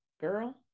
Girl